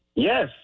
Yes